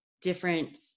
different